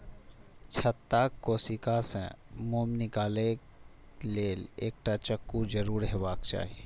छत्ताक कोशिका सं मोम निकालै लेल एकटा चक्कू जरूर हेबाक चाही